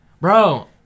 bro